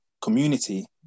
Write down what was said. community